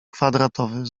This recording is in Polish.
kwadratowy